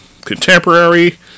contemporary